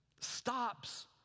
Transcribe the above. Stops